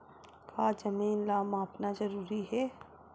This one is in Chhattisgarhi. का जमीन ला मापना जरूरी हे?